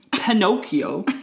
Pinocchio